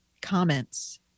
comments